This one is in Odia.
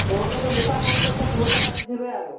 ତମରନତ ମୂଷା ବହୁତ ଅଛନ୍ ମୂଷା କାଟିଥିବେ ଆରୁ